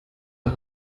auf